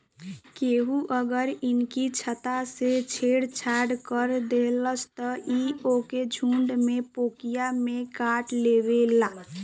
केहू अगर इनकी छत्ता से छेड़ छाड़ कर देहलस त इ ओके झुण्ड में पोकिया में काटलेवेला